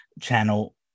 channel